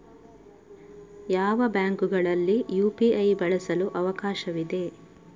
ಯಾವ ಬ್ಯಾಂಕುಗಳಲ್ಲಿ ಯು.ಪಿ.ಐ ಬಳಸಲು ಅವಕಾಶವಿದೆ?